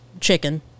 chicken